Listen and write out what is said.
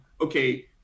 okay